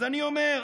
אז אני אומר: